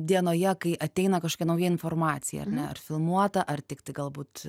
dienoje kai ateina kažkokia nauja informacija ar filmuota ar tiktai galbūt